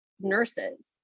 nurses